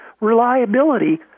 reliability